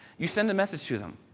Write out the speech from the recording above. you send the message to them.